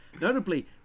Notably